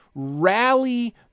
rally